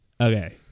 okay